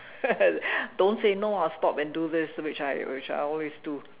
don't say no I'll stop and do this which I which I always do